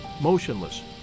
motionless